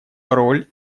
роль